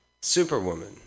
Superwoman